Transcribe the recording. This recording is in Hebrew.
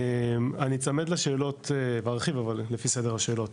אני איצמד לשאלות בארכיב, אבל לפי סדר השאלות.